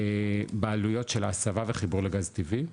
בעלויות של ההסבה וחיבור לגז טבעי,